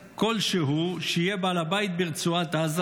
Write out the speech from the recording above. כלשהו שיהיה בעל הבית ברצועת עזה,